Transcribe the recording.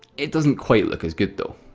it doesn't quite look as good though.